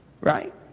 Right